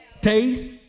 taste